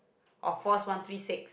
of force one three six